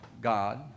God